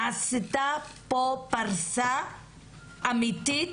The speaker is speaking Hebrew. נעשתה פה פרסה אמיתית,